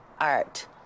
art